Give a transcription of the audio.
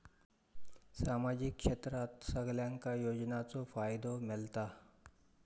सामाजिक क्षेत्रात सगल्यांका योजनाचो फायदो मेलता?